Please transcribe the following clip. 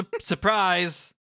Surprise